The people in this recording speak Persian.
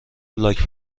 لاک